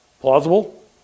Plausible